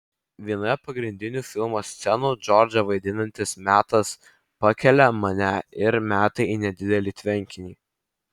vienoje pagrindinių filmo scenų džordžą vaidinantis metas pakelia mane ir meta į nedidelį tvenkinį